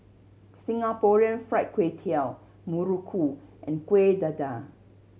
Singapore Fried Kway Tiao muruku and Kuih Dadar